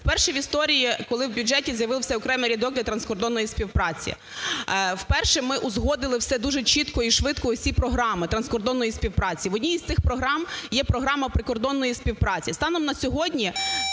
Вперше в історії, коли в бюджеті з'явився окремий рядок для транскордонної співпраці. Вперше ми узгодили все дуже чітко і швидко всі програми транскордонної співпраці. В одній із цих програм є Програма прикордонної співпраці. Станом на сьогодні